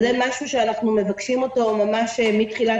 זה דבר שאנחנו מבקשים אותו ממש מתחילת